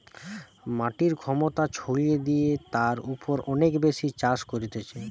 মাটির ক্ষমতা ছাড়িয়ে যদি তার উপর অনেক বেশি চাষ করতিছে